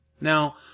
Now